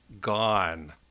Gone